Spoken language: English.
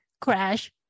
crash